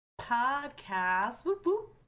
podcast